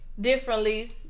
differently